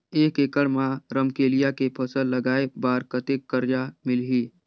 एक एकड़ मा रमकेलिया के फसल लगाय बार कतेक कर्जा मिलही?